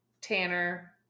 Tanner